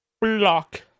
Block